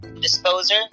disposer